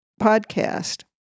podcast